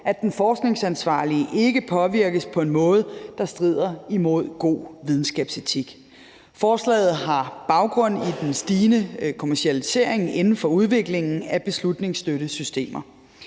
at den forskningsansvarlige ikke påvirkes på en måde, der strider imod god videnskabsetik. Forslaget har baggrund i den stigende kommercialisering inden for udviklingen af beslutningsstøttesystemer.